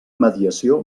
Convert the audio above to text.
mediació